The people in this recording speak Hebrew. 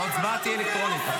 ההצבעה תהיה אלקטרונית.